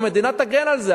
המדינה תגן על זה,